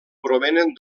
provenen